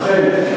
אכן.